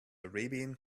arabian